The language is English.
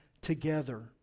together